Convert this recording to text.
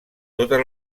totes